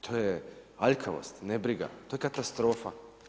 To je aljkavost, nebriga, to je katastrofa.